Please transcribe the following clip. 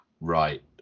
Right